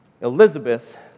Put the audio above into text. Elizabeth